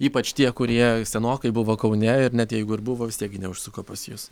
ypač tie kurie senokai buvo kaune ir net jeigu ir buvo vis tiek gi neužsuko pas jus